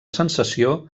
sensació